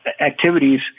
activities